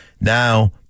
Now